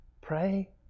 Pray